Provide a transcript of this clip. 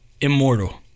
Immortal